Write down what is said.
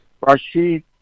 Rashid